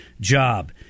job